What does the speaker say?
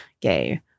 gay